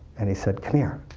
and he said, come here.